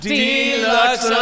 deluxe